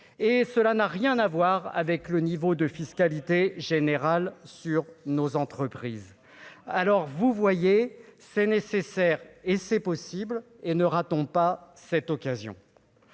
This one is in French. cela n'a rien à voir avec le niveau de fiscalité générale sur nos entreprises, alors vous voyez c'est nécessaire et c'est possible et ne ratons pas cette occasion